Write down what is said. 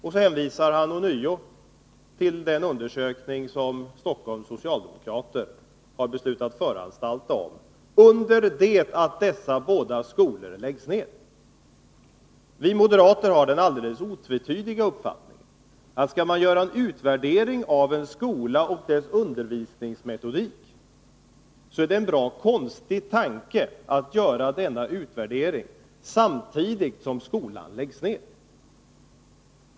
Och så hänvisar han ånyo till den undersökning som Stockholms socialdemokrater har beslutat att föranstalta om, under det att dessa båda skolor läggs ned! Vi moderater har denaalldeles otvetydiga uppfattningen att skall man göra en utvärdering av en skola och dess undervisningsmetodik, är det en bra konstig tanke att göra denna utvärdering samtidigt som skolan läggs ned.